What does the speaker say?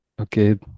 Okay